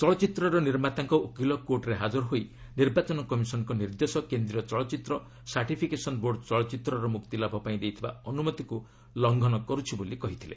ଚଳଚ୍ଚିତ୍ରର ନିର୍ମାତାଙ୍କ ଓକିଲ କୋର୍ଟରେ ହାଜର ହୋଇ ନିର୍ବାଚନ କମିଶନ୍ଙ୍କ ନିର୍ଦ୍ଦେଶ କେନ୍ଦ୍ରୀୟ ଚଳଚ୍ଚିତ୍ର ସାର୍ଟିଫିକେସନ୍ ବୋର୍ଡ଼ ଚଳଚ୍ଚିତ୍ରର ମୁକ୍ତିଲାଭ ପାଇଁ ଦେଇଥିବା ଅନୁମତିକୁ ଲଙ୍ଘନ କରୁଛି ବୋଲି କହିଥିଲେ